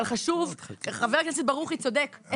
אבל חבר הכנסת ברוכי צודק,